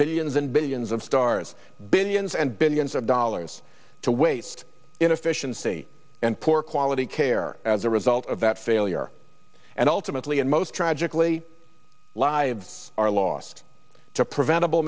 billions and billions of stars billions and billions of dollars to waste inefficiency and poor quality care as a result of that failure and ultimately and most tragically lives are lost to preventable